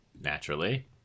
Naturally